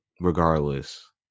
regardless